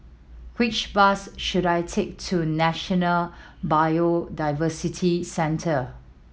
which bus should I take to National Biodiversity Centre